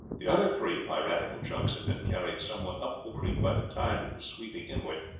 the other three piratical junks had been carried somewhat up the creek by the tide that was sweeping inward,